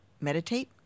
meditate